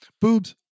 Boobs